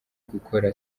gukora